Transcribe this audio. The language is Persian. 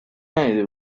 ندیده